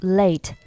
late